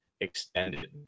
extended